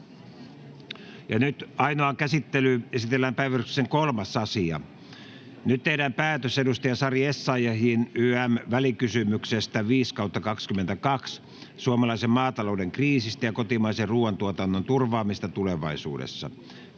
=== Ainoaan käsittelyyn esitellään päiväjärjestyksen 3. asia. Nyt tehdään päätös edustaja Sari Essayahin ym. välikysymyksestä VK 5/2022 vp suomalaisen maatalouden kriisistä ja kotimaisen ruuantuotannon turvaamisesta tulevaisuudessa.